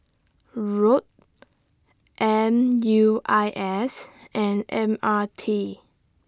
Rod M U I S and M R T